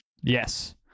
Yes